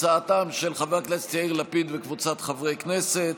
הצעתם של חברי הכנסת יאיר לפיד וקבוצת חברי הכנסת.